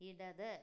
ഇടത്